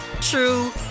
true